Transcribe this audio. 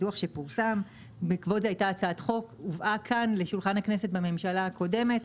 והובאה כאן לשולחן הכנסת בממשלה הקודמת.